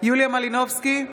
יוליה מלינובסקי,